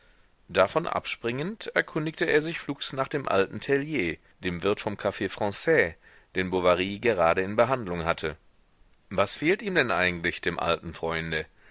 davon abspringend erkundigte er sich flugs nach dem alten tellier dem wirt vom caf franais den bovary gerade in behandlung hatte was fehlt ihm denn eigentlich dem alten freunde